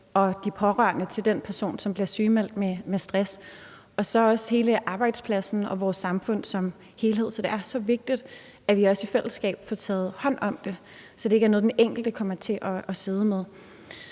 også de pårørende til den person, som bliver sygemeldt med stress, og så også hele arbejdspladsen og vores samfund som helhed, så det er så vigtigt, at vi også i fællesskab får taget hånd om det, så det ikke er noget, den enkelte kommer til at sidde med.